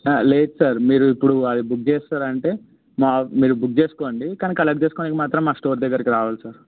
లేదు సార్ మీరు ఇప్పుడు అది బుక్ చేస్తారు అంటే మా మీరు బుక్ చేసుకోండి సార్ కానీ కలెక్ట్ చేసుకునేకి మాత్రం మా స్టోర్ దగ్గరకు రావాలి సార్